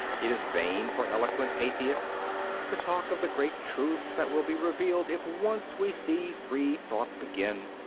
it is vain for eloquent atheists to talk of the great truths that will be revealed if once we see free thought begin.